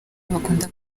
bakunda